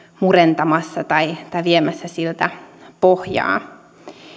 murentamassa tai tai viemässä siltä pohjaa